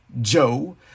joe